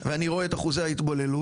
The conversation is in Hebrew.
ואני רואה את אחוזי ההתבוללות,